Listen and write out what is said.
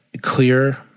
clear